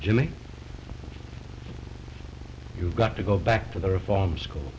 jimmy you've got to go back to the reform school